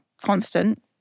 constant